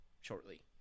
shortly